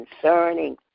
concerning